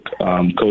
Coach